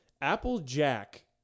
Applejack